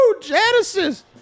Genesis